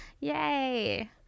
Yay